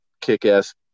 kick-ass